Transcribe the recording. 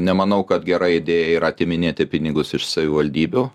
nemanau kad gera idėja yra atiminėti pinigus iš savivaldybių